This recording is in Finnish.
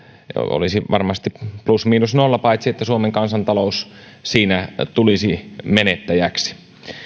olisi varmasti plus miinus nolla paitsi että suomen kansantalous siinä tulisi menettäjäksi